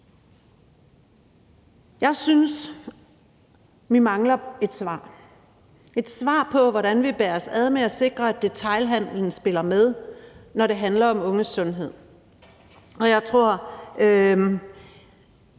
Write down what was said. Jeg synes, at vi mangler et svar – et svar på, hvordan vi bærer os ad med at sikre, at detailhandelen spiller med, når det handler om unges sundhed. Derfor